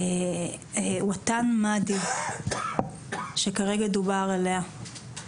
וטן מאדי, שכרגע דובר עליה.